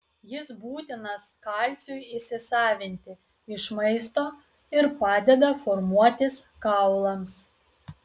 jis būtinas kalciui įsisavinti iš maisto ir padeda formuotis kaulams